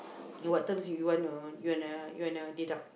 in what terms you wanna you wanna you wanna deduct